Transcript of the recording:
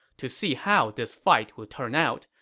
to see how this fight will turn out,